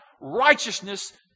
righteousness